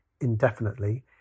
indefinitely